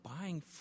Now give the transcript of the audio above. buying